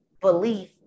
belief